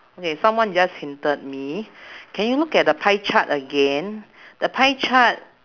okay someone just hinted me can you look at the pie chart again the pie chart